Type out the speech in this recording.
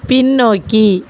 பின்னோக்கி